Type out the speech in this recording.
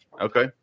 Okay